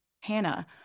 Hannah